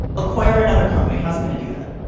acquire another company, how's it gonna do that?